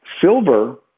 Silver